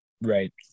Right